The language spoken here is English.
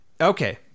okay